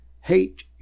hate